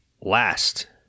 last